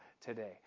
today